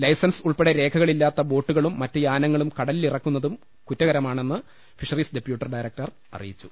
licence ഉൾപ്പെടെ രേഖ കളില്ലാത്ത ബോട്ടുകളും മറ്റ് യാനങ്ങളും കടലിലിറക്കുന്നതും കുറ്റകരമാണെന്ന് ഫിഷറീസ് ഡപ്യൂട്ടി ഡയറക്ടർ അറിയിച്ചു